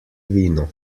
vino